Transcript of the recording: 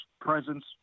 presence